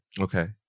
Okay